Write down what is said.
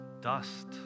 dust